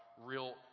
real